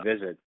visit